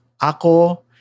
ako